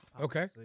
Okay